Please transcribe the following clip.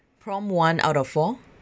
prompt one out of four